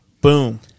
Boom